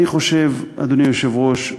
אדוני היושב-ראש,